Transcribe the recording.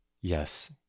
Yes